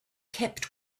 kept